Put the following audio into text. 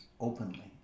openly